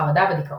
חרדה ודיכאון.